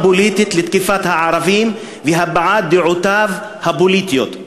פוליטית לתקיפת הערבים ולהבעת דעותיו הפוליטיות.